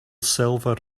silver